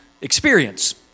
experience